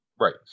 Right